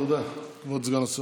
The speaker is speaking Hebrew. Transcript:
תודה, כבוד סגן השר.